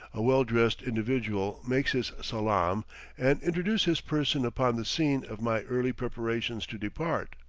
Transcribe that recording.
a well-dressed individual makes his salaam and intrudes his person upon the scene of my early preparations to depart,